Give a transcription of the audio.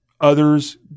others